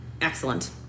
Excellent